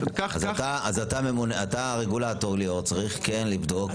אז אתה הרגולטור, ליאור, צריך כן לבדוק את השב"ן.